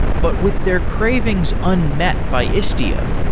but with their cravings unmet by istio,